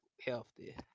healthy